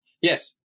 Yes